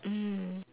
mm